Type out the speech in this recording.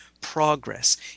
progress